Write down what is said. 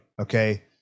okay